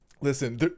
listen